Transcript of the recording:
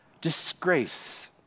disgrace